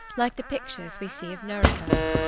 like the pictures we see of nuremberg.